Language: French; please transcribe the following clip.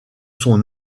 son